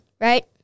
right